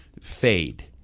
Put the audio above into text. fade